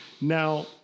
Now